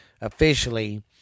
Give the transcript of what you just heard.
officially